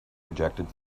rejected